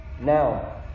Now